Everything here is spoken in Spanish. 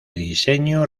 diseño